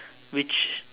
which